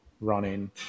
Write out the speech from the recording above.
running